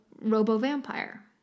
robo-vampire